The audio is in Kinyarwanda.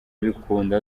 bikunda